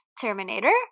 Terminator